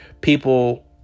people